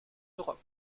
europe